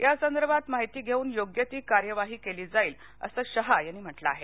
या संदर्भात माहिती घेऊन योग्य ती कार्यवाही केली जाईल असं शहा यांनी म्हटलं आहे